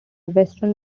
western